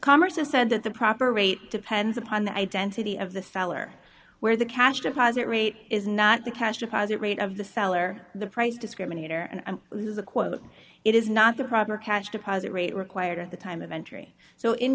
commerce is said that the proper rate depends upon the identity of the seller where the cash deposit rate is not the cash deposit rate of the seller the price discriminator and lose the quote it is not the proper cash deposit rate required at the time of entry so in